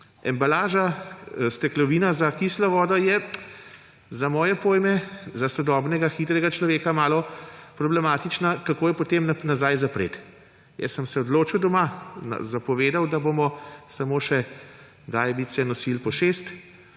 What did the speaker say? embalaža, steklovina za kislo vodo je za moje pojme za sodobnega hitrega človeka malo problematična, kako jo potem nazaj zapreti. Jaz sem se odločil, doma zapovedal, da bomo samo še gajbice nosili po 6,